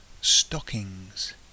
stockings